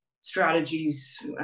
strategies